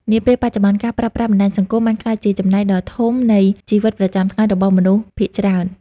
នាពេលបច្ចុប្បន្ន ការប្រើប្រាស់បណ្ដាញសង្គម បានក្លាយជាចំណែកដ៏ធំនៃជីវិតប្រចាំថ្ងៃរបស់មនុស្សភាគច្រើន។